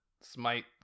Smite